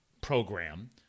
program